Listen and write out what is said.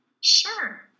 Sure